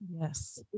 Yes